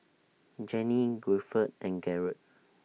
Jenny Guilford and Garold